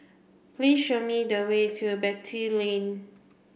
please show me the way to Beatty Lane